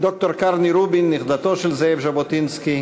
ד"ר קרני רובין, נכדתו של זאב ז'בוטינסקי,